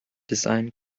design